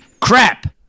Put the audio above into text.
crap